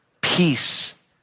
peace